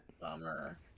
Bummer